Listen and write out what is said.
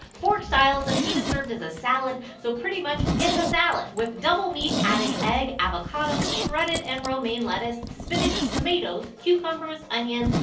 fork style's a pita served as a salad, so pretty much it's a salad. with double meat, adding egg, avocado, shredded and romaine lettuce, spinach, tomatoes, cucumbers, onions,